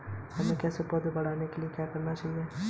हमें किसी पौधे को बढ़ाने के लिये क्या करना होगा?